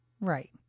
Right